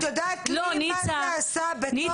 את יודעת לי מה זה עשה בתור אמא?